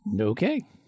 Okay